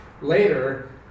later